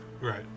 Right